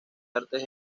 artes